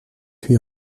huit